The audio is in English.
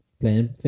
playing